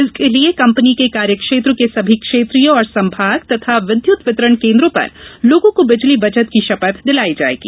इसके लिए कंपनी के कार्यक्षेत्र के सभी क्षेत्रीय और संभाग तथा विद्युत वितरण केन्द्रों पर लोगों को बिजली बचत की शपथ दिलाई जायेगी